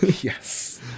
Yes